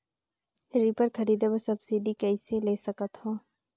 Reaper खरीदे बर subsidy कइसे ले सकथव?